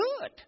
good